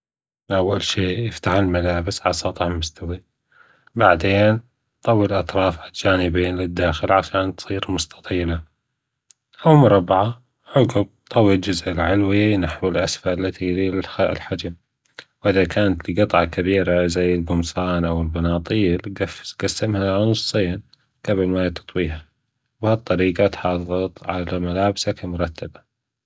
أول شي افتح الملابس على سطح مستوى وبعدين طوي أطرافها الجانية للداخل عشان تصير مستطيلة أو مربعة طوي الجزء العلوي نحو الأسفل إذا الجطعة كبيرة مثل القمصان أو البناطيل